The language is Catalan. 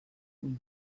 puny